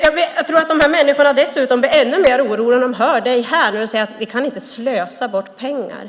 Dessutom tror jag att dessa människor blir ännu mer oroliga när de hör Bertil Kjellberg säga att vi inte kan slösa bort pengar.